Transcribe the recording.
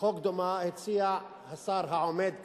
חוק דומה הציע השר העומד כאן,